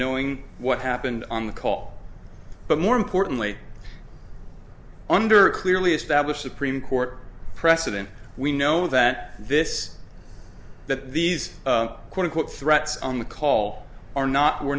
knowing what happened on the call but more importantly under a clearly established supreme court precedent we know that this that these quote unquote threats on the call are not were